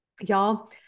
Y'all